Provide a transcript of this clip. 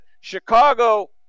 Chicago